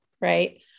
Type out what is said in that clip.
right